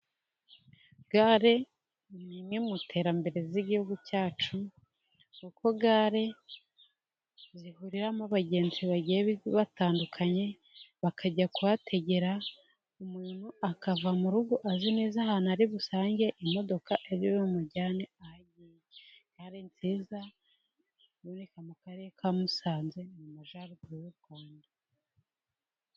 Gare nimwe mu iterambere ry'igihugu cyacu, kuko gare zihuriramo abagenzi bagiye batandukanye, bakajya kuhategera, umuntu akava mu rugo, azi neza ahantu ari busange imodoka iri bumujyane ahagiye. Gare nziza iboneka mu karere ka Musanze, mu majyaruguru y'u Rwanda.